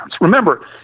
Remember